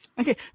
Okay